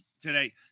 today